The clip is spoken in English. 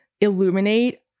illuminate